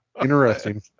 Interesting